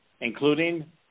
including